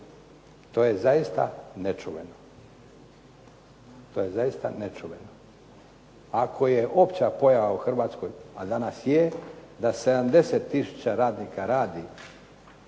odgovornošću. To je zaista nečuveno. Ako je opća pojava u Hrvatskoj, a danas je, da 70 tisuća radnika radi